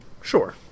Sure